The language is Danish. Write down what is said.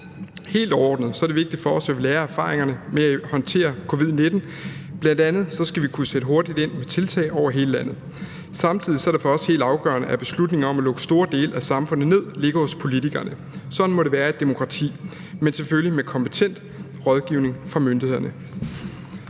Helt overordnet er det vigtigt for os, at vi lærer af erfaringerne med at håndtere covid-19. Bl.a. skal vi kunne sætte hurtigt ind med tiltag over hele landet. Samtidig er det for os helt afgørende, at en beslutning om at lukke store dele af samfundet ned ligger hos politikerne. Sådan må det være i et demokrati, men selvfølgelig med kompetent rådgivning fra myndighederne.